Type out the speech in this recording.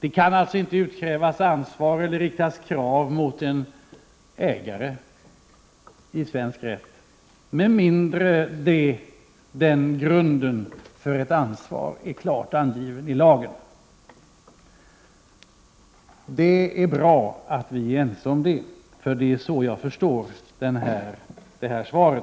Det kan alltså, enligt svensk rätt, inte utkrävas ansvar av eller riktas krav mot en ägare med mindre grunden för ett ansvar är klart angiven i lagen. Det är så jag förstår detta svar, och det är bra att vi är ense om